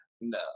No